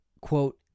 quote